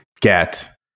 get